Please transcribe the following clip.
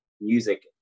music